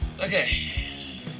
Okay